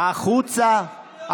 החוצה.